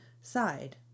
side